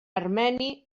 armeni